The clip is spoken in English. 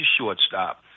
shortstop